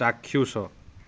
ଚାକ୍ଷୁଷ